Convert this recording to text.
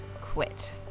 quit